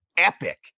epic